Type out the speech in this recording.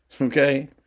Okay